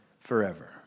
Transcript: forever